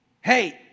Hey